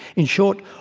in short,